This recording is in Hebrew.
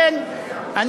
אנחנו רוצים להצביע.